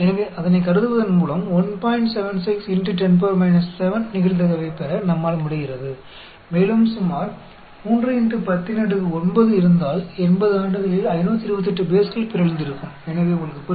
तो यह मानकर कि हम 176x10 7 की प्रोबेबिलिटी प्राप्त करने में सक्षम हैं और हम मानते हैं यदि लगभग 3 10 9 होते हैं तो 528 बेस होते हैं जो 80 वर्षों में म्यूटेट हो जाते है